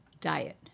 diet